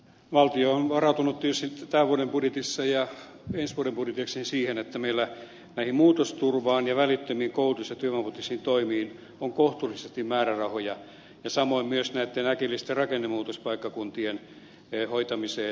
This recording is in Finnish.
valtio on varautunut tietysti tämän vuoden budjetissa ja ensi vuoden budjetissakin siihen että meillä näihin muutosturvaan ja välittömiin koulutus ja työvoimapoliittisiin toimiin on kohtuullisesti määrärahoja ja samoin myös näitten äkillisten rakennemuutospaikkakuntien hoitamiseen